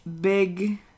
big